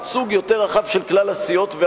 ייצוג יותר רחב של כלל הסיעות.